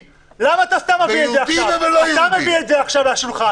למה אתה סתם מביא את זה עכשיו לשולחן?